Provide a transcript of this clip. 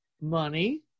money